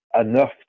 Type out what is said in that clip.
enough